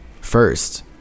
first